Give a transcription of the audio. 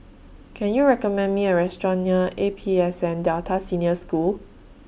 Can YOU recommend Me A Restaurant near A P S N Delta Senior School